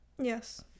yes